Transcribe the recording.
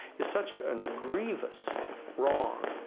is such an ingrievous wrong,